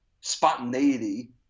spontaneity